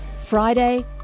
Friday